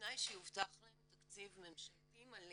בתנאי שיובטח להן תקציב ממשלתי מלא